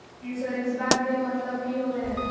इंसोरेंसेबा के मतलब की होवे है?